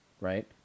right